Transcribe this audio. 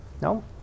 No